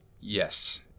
Yes